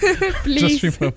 please